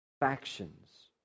factions